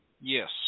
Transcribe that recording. Yes